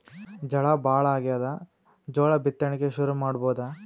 ಝಳಾ ಭಾಳಾಗ್ಯಾದ, ಜೋಳ ಬಿತ್ತಣಿಕಿ ಶುರು ಮಾಡಬೋದ?